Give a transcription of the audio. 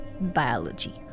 biology